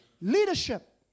Leadership